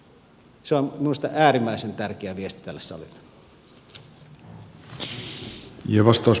se on minusta äärimmäisen tärkeä viesti tälle salille